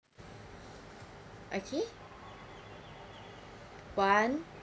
okay one